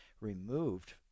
removed